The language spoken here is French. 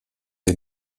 des